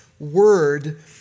word